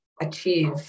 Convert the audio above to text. achieve